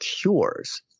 cures